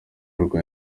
rwa